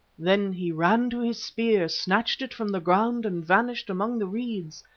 then he ran to his spear, snatched it from the ground and vanished among the reeds.